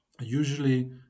usually